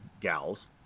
gals